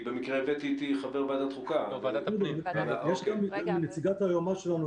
נמצאת כאן נציגת היועץ המשפטי שלנו,